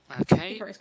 Okay